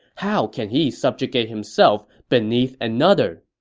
how can he subjugate himself beneath another?